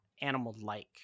animal-like